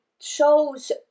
shows